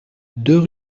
deux